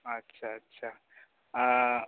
ᱟᱪᱪᱷᱟ ᱟᱪᱪᱷᱟ